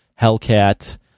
hellcat